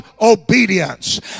obedience